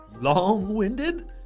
Long-winded